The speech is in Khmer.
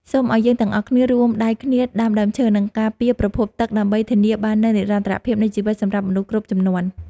សូមឱ្យយើងទាំងអស់គ្នារួមដៃគ្នាដាំដើមឈើ និង ការពារប្រភពទឹកដើម្បីធានាបាននូវនិរន្តរភាពនៃជីវិតសម្រាប់មនុស្សគ្រប់ជំនាន់។